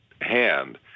hand